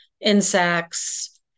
insects